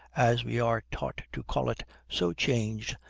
as we are taught to call it, so changed,